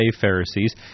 Pharisees